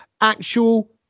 actual